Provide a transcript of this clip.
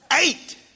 Eight